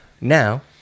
Now